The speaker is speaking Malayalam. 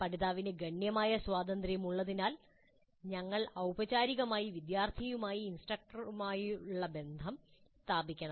പഠിതാവിന് ഗണ്യമായ സ്വാതന്ത്ര്യം ഉള്ളതിനാൽ ഞങ്ങൾ ഔപചാരികമായി വിദ്യാർത്ഥിയുമായി ഇൻസ്ട്രക്ടറുമായുള്ള ബന്ധം സ്ഥാപിക്കണം